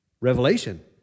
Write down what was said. Revelation